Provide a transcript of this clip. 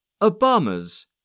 Obama's